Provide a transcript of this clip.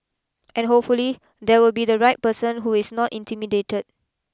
and hopefully there will be the right person who is not intimidated